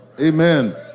Amen